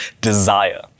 desire